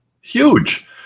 Huge